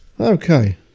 Okay